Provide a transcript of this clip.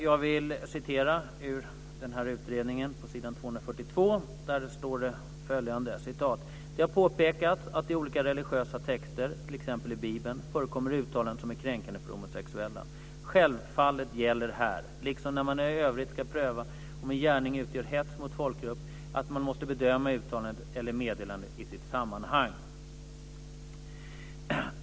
Jag vill återge följande från utredningen på s. 242: Det har påpekats att det i olika religiösa texter, t.ex. i Bibeln, förekommer uttalanden som är kränkande för homosexuella. Självfallet gäller här, liksom när man i övrigt ska pröva om en gärning utgör hets mot folkgrupp, att man måste bedöma uttalandet eller meddelandet i sitt sammanhang.